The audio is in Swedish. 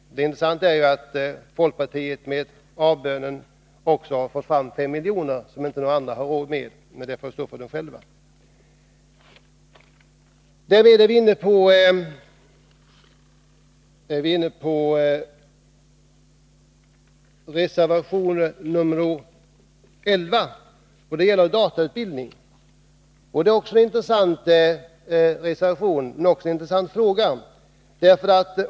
Det intressanta är ju att folkpartiet yrkar på en ökning med 5 milj.kr. som andra inte tycker att vi har råd med. Det får folkpartiet självt stå för. Därmed är jag inne på reservation 11 som gäller datautbildning. Det är en intressant reservation, och också en intressant fråga.